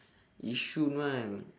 yishun one